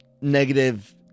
negative